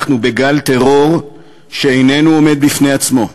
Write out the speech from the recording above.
אנחנו בגל טרור שאיננו עומד בפני עצמו.